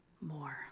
more